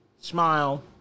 smile